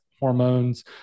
hormones